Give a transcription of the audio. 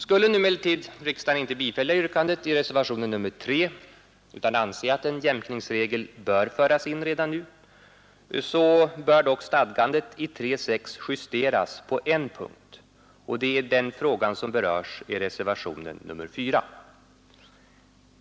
Skulle emellertid riksdagen inte bifalla yrkandet i reservationen 3, utan anse att en jämkningsregel bör införas redan nu, bör dock stadgandet i 3:6 justeras på en punkt — det är den fråga som berörs i reservationen 4.